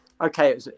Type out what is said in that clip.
Okay